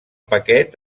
paquet